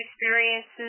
experiences